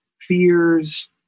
fears